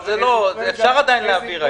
אפשר עדיין להעביר להם.